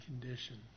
condition